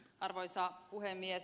arvoisa puhemies